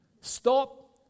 stop